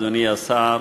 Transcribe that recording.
אדוני השר,